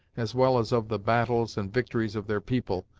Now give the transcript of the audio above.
as well as of the battles and victories of their people,